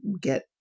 get